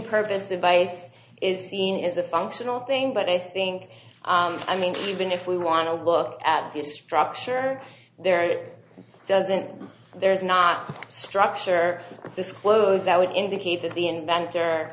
purpose device is seen as a functional thing but i think i mean even if we want to look at the structure there it doesn't there's not a structure disclosed that would indicate that the inventor